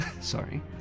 sorry